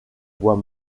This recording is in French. bois